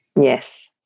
Yes